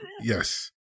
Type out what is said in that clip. Yes